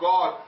God